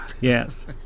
Yes